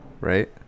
right